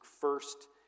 first